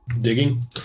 Digging